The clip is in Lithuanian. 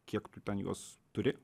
kiek tu ten juos turi